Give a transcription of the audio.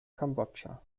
kambodscha